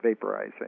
vaporizing